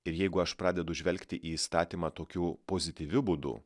ir jeigu aš pradedu žvelgti į įstatymą tokiu pozityviu būdu